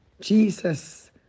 Jesus